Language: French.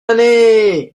année